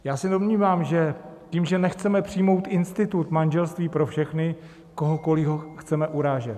Já se domnívám (?), že tím, že nechceme přijmout institut manželství pro všechny, kohokoli chceme urážet.